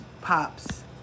pops